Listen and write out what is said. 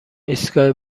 ایستگاه